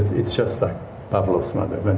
it's just like pavlov's mother, but